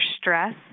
stress